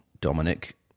Dominic